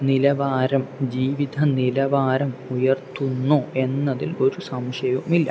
നിലവാരം ജീവിത നിലവാരം ഉയർത്തുന്നു എന്നതിൽ ഒരു സംശയവും ഇല്ല